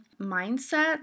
mindset